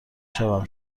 شوم